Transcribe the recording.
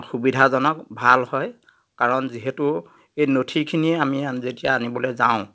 সুবিধাজনক ভাল হয় কাৰণ যিহেতু এই নথিখিনি আমি আনি যেতিয়া আনিবলৈ যাওঁ